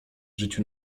życiu